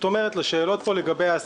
תודה רבה.